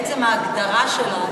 מעצם ההגדרה שלה,